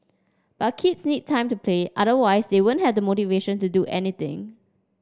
but kids need time to play otherwise they won't have the motivation to do anything